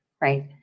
right